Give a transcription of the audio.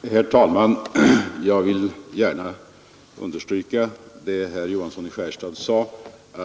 tjuvfiske Herr talman! Jag vill gärna understryka vad herr Johansson i Skärstad sade om